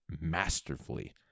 masterfully